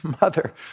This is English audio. mother